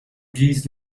guise